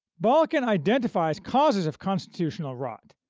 balkin identifies causes of constitutional rot,